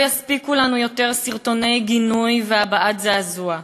לא יספיקו לנו עוד סרטוני גינוי והבעת זעזוע.